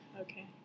Okay